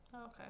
Okay